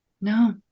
No